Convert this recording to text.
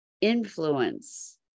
influence